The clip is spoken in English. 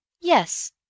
Yes